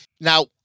Now